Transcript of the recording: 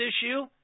issue